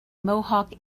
mohawk